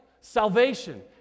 salvation